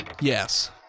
Yes